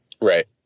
Right